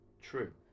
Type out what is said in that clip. True